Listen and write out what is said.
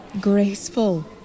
graceful